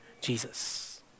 Jesus